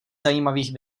zajímavých